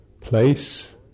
place